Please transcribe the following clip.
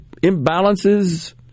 imbalances